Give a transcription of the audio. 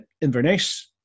Inverness